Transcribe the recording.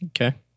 Okay